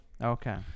okay